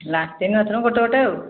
latrine bathroom ଗୋଟେ ଗୋଟେ ଆଉ